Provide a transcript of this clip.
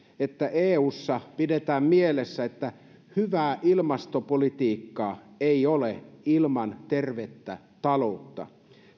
että eussa pidetään mielessä että hyvää ilmastopolitiikkaa ei ole ilman tervettä taloutta